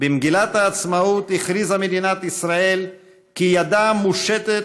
במגילת העצמאות הכריזה מדינת ישראל כי ידה מושטת